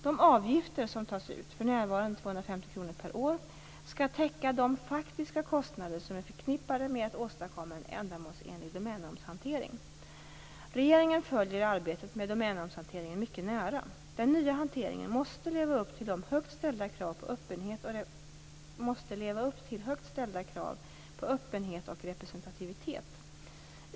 De avgifter som tas ut, för närvarande 250 kr per år, skall täcka de faktiska kostnader som är förknippade med att åstadkomma en ändamålsenlig domännamnshantering. Regeringen följer arbetet med domännamnshanteringen mycket nära. Den nya hanteringen måste leva upp till högt ställda krav på öppenhet och representativitet.